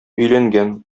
өйләнгән